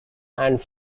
and